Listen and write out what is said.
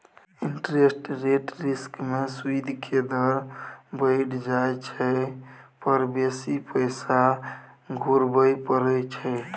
interest rate risk में सूइद के दर बइढ़ जाइ पर बेशी पैसा घुरबइ पड़इ छइ